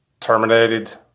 terminated